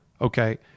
okay